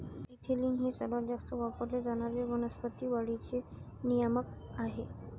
ethylene हे सर्वात जास्त वापरले जाणारे वनस्पती वाढीचे नियामक आहे